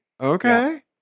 Okay